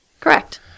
Correct